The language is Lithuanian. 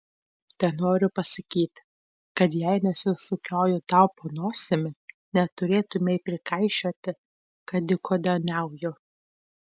tenoriu pasakyti kad jei nesisukioju tau po nosimi neturėtumei prikaišioti kad dykaduoniauju